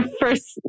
first